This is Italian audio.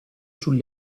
sul